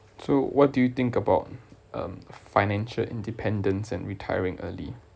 so what do you think about um financial independence and retiring early